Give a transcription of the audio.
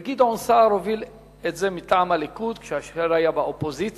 וגדעון סער הוביל את זה מטעם הליכוד כאשר הוא היה באופוזיציה,